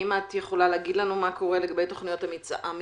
האם את יכולה להגיד לנו מה קורה לגבי תוכניות המתאר,